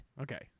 Okay